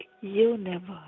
universe